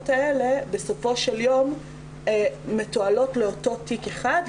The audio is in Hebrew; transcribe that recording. האלה בסופו של יום מתועלות לאותו תיק אחד,